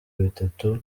bitatu